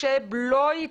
משה בלוי,